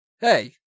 Hey